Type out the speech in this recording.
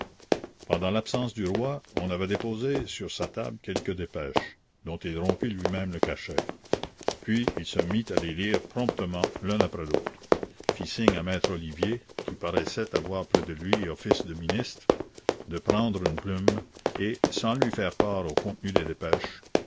pendant l'absence du roi on avait déposé sur sa table quelques dépêches dont il rompit lui-même le cachet puis il se mit à les lire promptement l'une après l'autre fit signe à maître olivier qui paraissait avoir près de lui office de ministre de prendre une plume et sans lui faire part au contenu des dépêches